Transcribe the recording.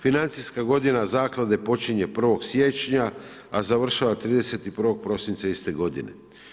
Financijska godina zaklade počinje 1. siječnja, a završava 31. prosinca iste godine.